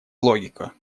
логика